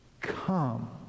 Come